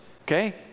okay